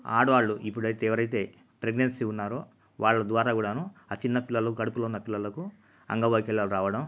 ఆడవాళ్ళు ఇప్పుడయితే ఎవరైతే ప్రెగ్నెన్సీ ఉన్నారో వాళ్ళ ద్వారా కూడా ఆ చిన్నపిల్లలు కడుపులో ఉన్న పిల్లలకు అంగవైకల్యం రావడం